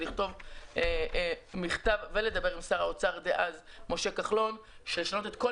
לכתוב מכתב ולדבר עם שר האוצר דאז משה כחלון כדי לשנות את כל